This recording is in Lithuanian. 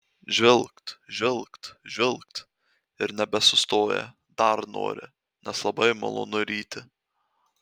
žvilgt žvilgt žvilgt ir nebesustoja dar nori nes labai malonu ryti